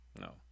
No